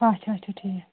اَچھا اَچھا ٹھیٖک